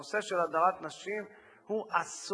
והנושא של הדרת נשים הוא אסור.